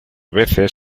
veces